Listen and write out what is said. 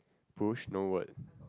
push no what